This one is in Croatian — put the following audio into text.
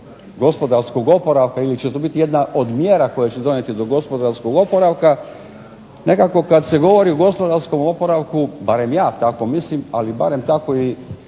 gospodarskog oporavka, ili će to biti jedna od mjera koje će donijeti do gospodarskog oporavka, nekako kad se govori o gospodarskom oporavku, barem ja tako mislim, ali barem tako i